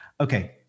Okay